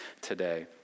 today